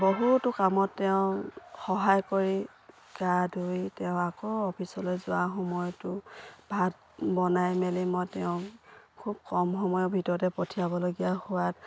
বহুতো কামত তেওঁ সহায় কৰি গা ধুই তেওঁ আকৌ অ'ফিচলৈ যোৱা সময়তো ভাত বনাই মেলি মই তেওঁক খুব কম সময়ৰ ভিতৰতে পঠিয়াবলগীয়া হোৱাত